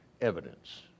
evidence